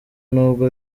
nubwo